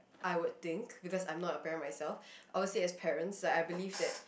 I would think because I'm not a parent myself obviously as parents like I believe that